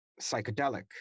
psychedelic